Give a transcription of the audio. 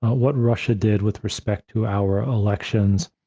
what russia did with respect to our elections,